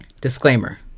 Disclaimer